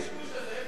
מה זה הקשקוש הזה?